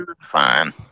Fine